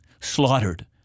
slaughtered